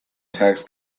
tax